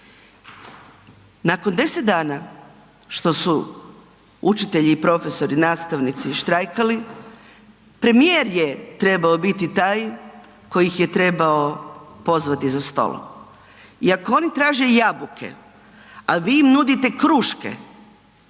Nakon 10 dana što su učitelji i profesori, nastavnici štrajkali, premijer je trebao biti taj koji ih je trebao pozvati za stol i ako oni traže jabuke, a vi im nudite kruške,